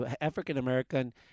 African-American